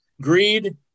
greed